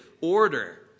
order